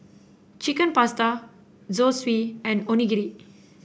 Chicken Pasta Zosui and Onigiri